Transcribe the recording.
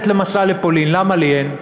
כל הכיתה יוצאת למסע לפולין, למה לי אין?